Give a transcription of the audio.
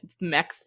mech